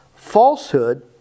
Falsehood